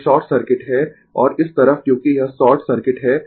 यह short circuit है और इस तरफ क्योंकि यह शॉर्ट सर्किट है